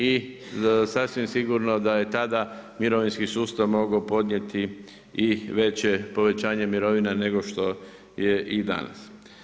I sasvim sigurno da je tada mirovinski sustav mogao podnijeti i veće povećanje mirovina nego što je i danas.